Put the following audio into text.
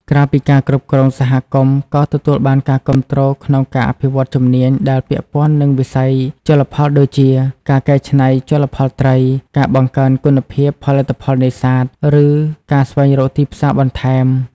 ក្រៅពីការគ្រប់គ្រងសហគមន៍ក៏ទទួលបានការគាំទ្រក្នុងការអភិវឌ្ឍជំនាញដែលពាក់ព័ន្ធនឹងវិស័យជលផលដូចជា ការកែច្នៃជលផលត្រី ការបង្កើនគុណភាពផលិតផលនេសាទ ឬការស្វែងរកទីផ្សារបន្ថែម។